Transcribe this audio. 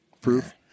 Proof